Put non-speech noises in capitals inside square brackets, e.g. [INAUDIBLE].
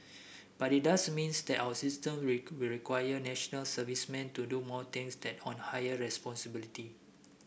but it does means that our system [UNINTELLIGIBLE] will require National Servicemen to do more things that on higher responsibility